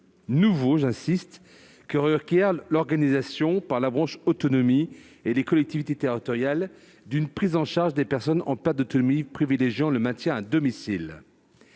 nouveaux que requiert l'organisation par la branche autonomie et les collectivités territoriales d'une prise en charge des personnes en perte d'autonomie privilégiant le maintien à domicile.